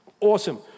Awesome